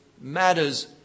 matters